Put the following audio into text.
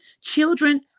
Children